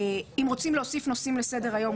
אם רוצים להוסיף נושאים לסדר-היום,